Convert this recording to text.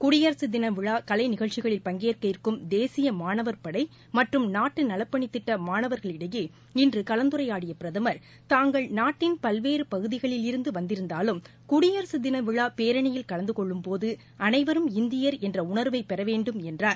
குடியரசுதின விழா கலைநிகழ்ச்சிகளில் பங்கேற்கவிருக்கும் தேசிய மாணவர் படை மற்றும் நாட்டு நலப்பணித்திட்ட மாணவர்களிடையே இன்று கலந்துரையாடிய பிரதமர் தாங்கள் நாட்டின் பல்வேறு பகுதிகளில் இருந்து வந்திருந்தாலும் குடியரசுதின விழா பேரணியில் கலந்தகொள்ளும் போது அளைவரும் இந்தியர் என்ற உணர்வை பெற வேண்டும் என்றார்